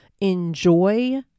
Enjoy